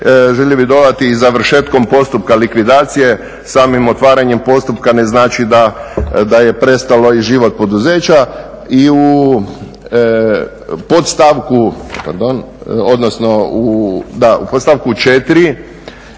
željeli bi dodati i završetkom postupka likvidacije. Samim otvaranjem postupka ne znači da je prestao i život poduzeća. I u podstavku, odnosno u, da u podstavku 4.